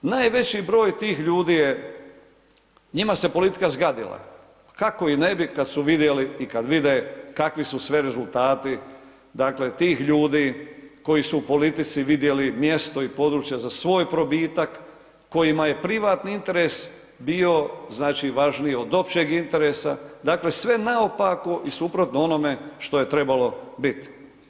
Najveći broj tih ljudi je, njima se politika zgadila, kako i ne bi kad su vidjeli i kad vide kakvi su sve rezultati dakle tih ljudi koji su u politici vidjeli mjesto i područje za svoj probitak, kojima je privatni interes bio znači važniji od općeg interesa, dakle sve naopako i suprotno onome što je trebalo bit.